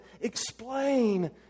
explain